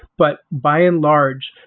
but by and large,